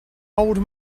old